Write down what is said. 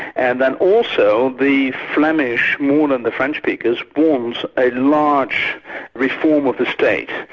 and then also the flemish, more than the french speakers, want a large reform of the state,